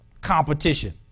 Competition